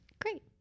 Great